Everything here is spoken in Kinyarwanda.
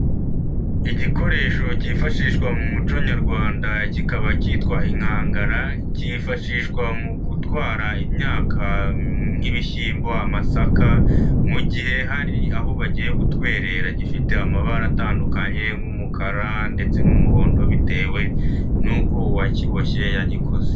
Igikoresho cyifashishwa mu muco nyarwanda kikaba cyitwa inkangara, cyifashishwa mu gutwara imyaka nk'ibishyimbo, amasaka mu gihe hari aho bagiye gutwerera, gifite amabara atandukanye nk'umukara ndetse n'umuhondo bitewe n'uko uwakiboshye yagikoze.